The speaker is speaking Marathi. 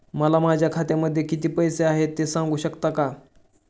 मला माझ्या खात्यामध्ये किती पैसे आहेत ते सांगू शकता का?